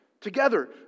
Together